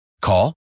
Call